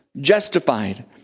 justified